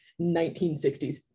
1960s